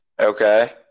Okay